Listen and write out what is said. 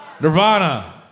Nirvana